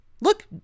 Look